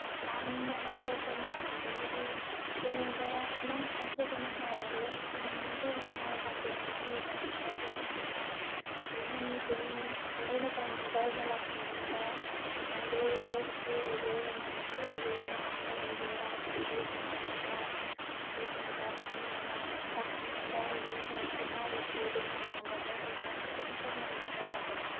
ꯂꯥꯡꯗꯅ ꯈꯣꯠꯇꯅ ꯑꯗꯨꯗꯒꯤꯗꯤ ꯂꯨꯍꯣꯡꯕ ꯑꯃ ꯄꯥꯡꯊꯣꯛꯀꯅꯤ ꯍꯥꯏꯔꯗꯤ ꯑꯩꯈꯣꯏꯅ ꯃꯥꯡꯖꯧꯅꯅ ꯕꯥꯇꯣꯟ ꯄꯤꯅꯩꯕ ꯕꯥꯇꯣꯟ ꯍꯥꯟꯅ ꯂꯣꯏꯅ ꯃꯤ ꯈꯨꯗꯤꯡ ꯍꯥꯏꯗꯤ ꯑꯩꯅ ꯇꯧꯅꯤꯡꯕ ꯑꯩꯅ ꯂꯥꯛꯍꯟꯅꯤꯡꯕ ꯂꯨꯍꯣꯡꯗꯣꯔꯤꯕ ꯏꯆꯦ ꯑꯣꯏꯒꯦꯔꯥ ꯏꯅꯥꯎꯅꯨꯄꯤ ꯑꯣꯏꯒꯦꯔꯥ ꯏꯌꯥꯝꯕ ꯑꯣꯏꯒꯦꯔꯥ ꯑꯗꯨꯗꯨꯒꯤ ꯃꯃꯥꯟꯅꯕ ꯑꯗꯨꯒꯨꯝꯕ ꯍꯥꯏꯗꯤ ꯃꯌꯥꯝ ꯂꯥꯛꯍꯟꯅꯤꯡꯕ ꯑꯩꯒꯤ ꯏꯃꯥ ꯏꯄꯥꯒꯤꯁꯨ ꯑꯗꯨꯝ ꯃꯃꯥꯟꯅꯕ ꯀꯩꯀꯥꯁꯦ ꯑꯗꯨꯝ ꯇꯧꯅꯩꯕꯀꯣ ꯕꯥꯇꯣꯟ